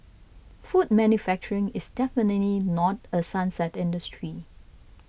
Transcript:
food manufacturing is definitely not a sunset industry